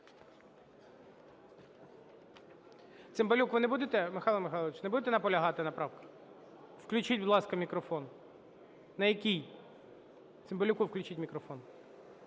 Цимбалюк, ви не будете… Михайло Михайлович, не будете наполягати на правках? Включіть, будь ласка, мікрофон. На якій? Цимбалюку включіть мікрофон.